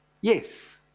yes